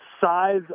size